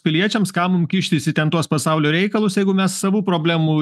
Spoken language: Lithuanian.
piliečiams kam mum kištis į ten tuos pasaulio reikalus jeigu mes savų problemų